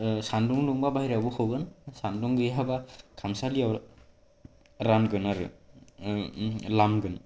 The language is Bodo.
सान्दुं दुङबा बाहेरायाव बोखावगोन सान्दुं गौयाबा खामसालियाव रानगोन आरो लामगोन